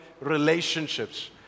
relationships